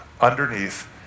underneath